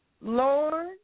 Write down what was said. Lord